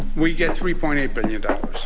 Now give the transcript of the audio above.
we get three point eight but you know